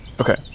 Okay